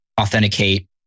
authenticate